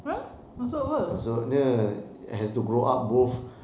!huh! maksud apa